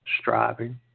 striving